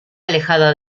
alejada